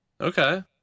Okay